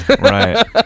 right